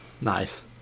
Nice